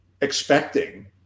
expecting